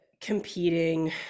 competing